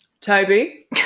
Toby